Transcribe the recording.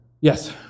Yes